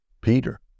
Peter